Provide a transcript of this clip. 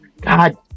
God